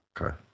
Okay